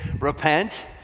repent